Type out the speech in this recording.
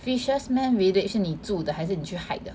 fisherman village 是你住的还是你去 hike 的